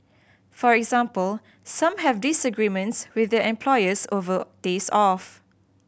for example some have disagreements with their employers over days off